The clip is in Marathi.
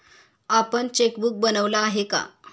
आपण चेकबुक बनवलं आहे का?